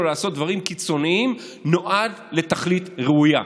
לעשות דברים קיצוניים נועד לתכלית ראויה.